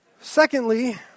Secondly